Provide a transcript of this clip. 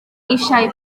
eisiau